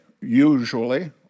usually